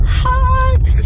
hot